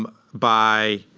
um by,